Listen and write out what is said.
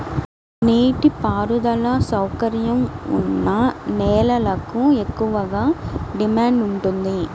నీటి పారుదల సౌకర్యం ఉన్న నేలలకు ఎక్కువగా డిమాండ్ ఉంటుంది